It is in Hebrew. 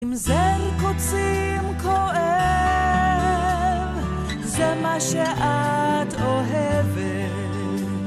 עם זר קוצים כואב, זה מה שאת אוהבת,